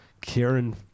Karen